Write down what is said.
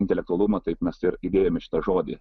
intelektualumą taip mes ir įdėjome šitą žodį